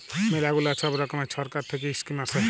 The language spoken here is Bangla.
ম্যালা গুলা ছব রকমের ছরকার থ্যাইকে ইস্কিম আসে